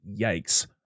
yikes